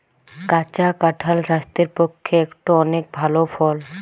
কাঁচা কাঁঠাল স্বাস্থ্যের পক্ষে একটো অনেক ভাল ফল